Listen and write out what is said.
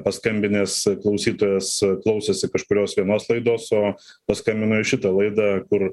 paskambinęs klausytojas klausosi kažkurios vienos laidos o paskambino į šitą laidą kur